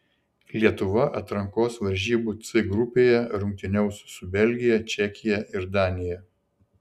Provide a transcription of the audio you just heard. lietuva atrankos varžybų c grupėje rungtyniaus su belgija čekija ir danija